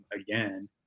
again